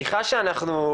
אותם,